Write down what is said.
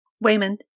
Wayman